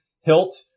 hilt